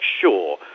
sure